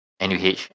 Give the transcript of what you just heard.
NUH